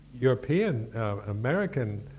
European-American